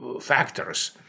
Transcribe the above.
factors